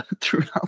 throughout